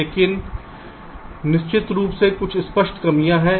लेकिन निश्चित रूप से कुछ स्पष्ट कमियां हैं